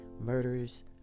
murders